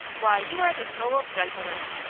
why, you are the soul of gentleness.